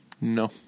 No